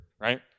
right